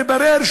מברר,